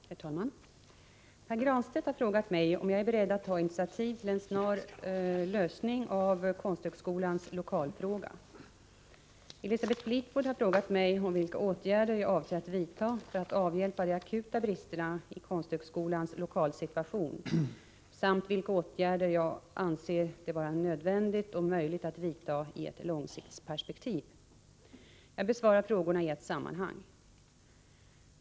Herr talman! Pär Granstedt har frågat mig om jag är beredd att ta initiativ till en snar lösning av Konsthögskolans lokalfråga. Elisabeth Fleetwood har frågat mig om vilka åtgärder jag avser att vidta för att avhjälpa de akuta bristerna i Konsthögskolans lokalsituation samt vilka åtgärder jag anser det vara nödvändigt och möjligt att vidta i ett långtidsperspektiv. Jag besvarar frågorna i ett sammanhang.